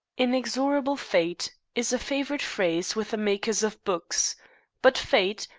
inexorable fate! is a favorite phrase with the makers of books but fate,